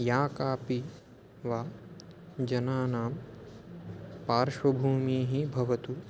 या कापि वा जनानां पार्श्वभूमयः भवन्तु